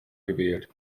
gewählt